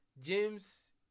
James